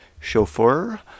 chauffeur